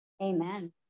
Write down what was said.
Amen